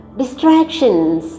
distractions